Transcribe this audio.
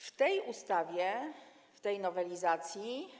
W tej ustawie, w tej nowelizacji.